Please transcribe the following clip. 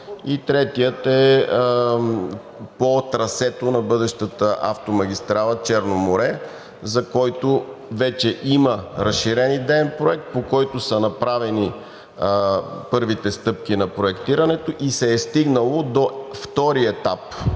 Третият е по трасето на бъдещата автомагистрала „Черно море“, за който вече има разширен идеен проект, по който са направени първите стъпки на проектирането и се е стигнало до втория етап